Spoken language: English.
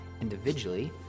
individually